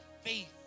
faith